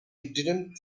didn’t